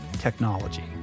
technology